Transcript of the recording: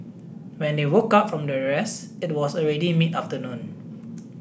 when they woke up from their rest it was already mid afternoon